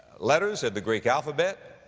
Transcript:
letters in the greek alphabet.